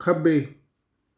ਖੱਬੇ